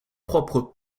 propre